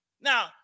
Now